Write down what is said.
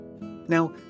Now